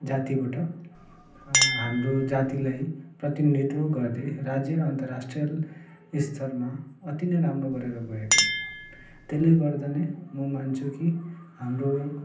जातिबाट हाम्रो जातिलाई प्रतिनिधित्व गर्दै राज्य र अन्तराष्ट्रिय स्तरमा अति नै राम्रो गरेर गएको छ त्यसले गर्दा नै म मान्छु कि हाम्रो